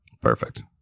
Perfect